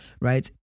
right